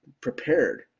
prepared